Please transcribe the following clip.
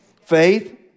Faith